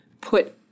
put